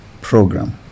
program